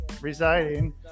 residing